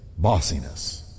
bossiness